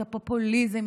את הפופוליזם,